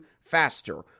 faster